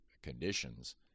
conditions